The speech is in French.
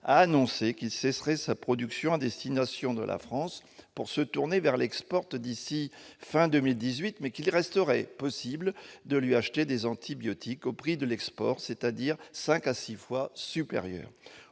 a annoncé qu'il cesserait sa production à destination de la France pour se tourner vers l'export d'ici à la fin de cette année, mais qu'il resterait possible de lui acheter des antibiotiques au prix de l'export, c'est-à-dire pour un